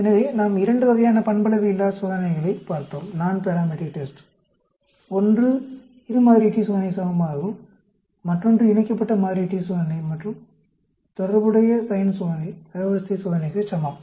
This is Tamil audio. எனவே நாம் இரண்டு வகையான பண்பளவையில்லா சோதனைகளைப் பார்த்தோம் ஒன்று இரு மாதிரி t சோதனைக்கு சமமானதாகும் மற்றொன்று இணைக்கப்பட்ட மாதிரி t சோதனை மற்றும் அதற்கு தொடர்புடைய சைன்ட் சோதனை தரவரிசை சோதனைக்கு சமம்